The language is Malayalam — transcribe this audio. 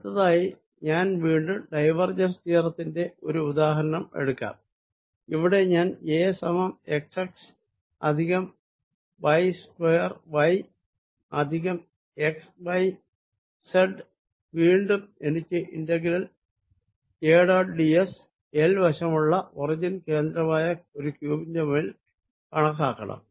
അടുത്തതായി ഞാൻ വീണ്ടും ഡൈവേർജെൻസ് തിയറത്തിന്റെ ഒരു ഉദാഹരണം എടുക്കാം ഇവിടെ ഞാൻ A സമം x x plus y square y plus x y z വീണ്ടും എനിക്ക് integral A dot d s L വശമുള്ള ഒറിജിൻ കേന്ദ്രമായുള്ള ഒരു ക്യൂബിന്റെ മേൽ കണക്കാക്കണം